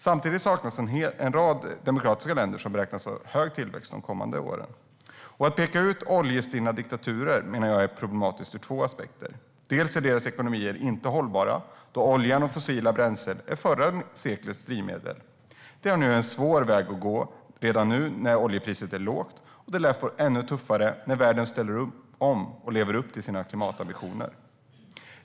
Samtidigt saknas en rad demokratiska länder som beräknas ha hög tillväxt de kommande åren. Jag menar att det ur två aspekter är problematiskt att peka ut oljestinna diktaturer. Den första aspekten är att deras ekonomier inte är hållbara då oljan och fossila bränslen är förra seklets drivmedel. De har en svår väg att gå redan nu när oljepriset är lågt. De lär få det ännu tuffare när världen ställer om och lever upp till sina klimatambitioner.